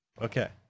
Okay